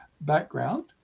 background